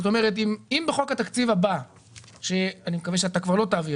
אם בחוק התקציב הבא שיעבור בכנסת שאני מקווה שאתה כבר לא תעביר